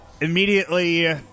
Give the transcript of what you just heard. Immediately